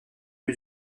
peu